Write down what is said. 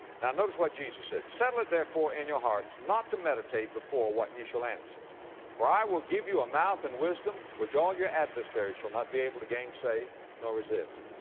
now notice what jesus said, settle it therefore in your hearts, not to meditate before what ye shall answer for i will give you a mouth and wisdom, which all your adversaries shall not be able to gainsay nor resist.